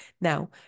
Now